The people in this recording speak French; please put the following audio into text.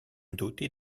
doté